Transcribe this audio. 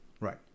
Right